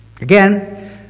Again